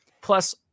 Plus